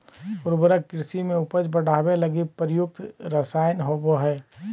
उर्वरक कृषि में उपज बढ़ावे लगी प्रयुक्त रसायन होबो हइ